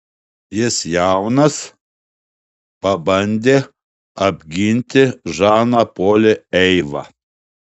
jis jaunas pabandė apginti žaną polį eiva